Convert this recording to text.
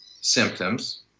symptoms